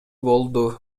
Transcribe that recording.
болду